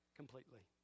completely